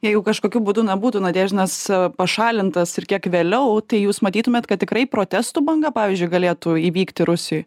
jeigu kažkokiu būdu na būtų nadeždinas pašalintas ir kiek vėliau tai jūs matytumėt kad tikrai protestų banga pavyzdžiui galėtų įvykti rusijoj